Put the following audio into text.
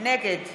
נגד